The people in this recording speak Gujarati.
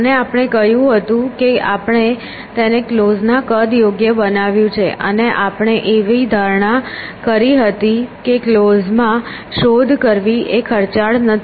અને આપણે કહ્યું હતું કે આપણે તેને ક્લોઝ ના કદ યોગ્ય બનાવ્યું છે અને આપણે એવી ધારણા કરી હતી કે ક્લોઝ માં શોધ કરવી એ ખર્ચાળ નથી